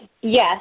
Yes